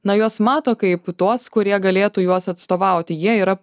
na juos mato kaip tuos kurie galėtų juos atstovauti jie yra